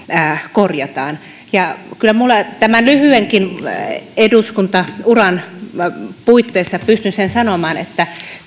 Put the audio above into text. korjataan kyllä tämän lyhyenkin eduskuntauran puitteissa pystyn sen sanomaan että